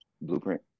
Blueprint